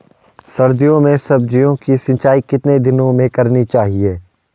सर्दियों में सब्जियों की सिंचाई कितने दिनों में करनी चाहिए?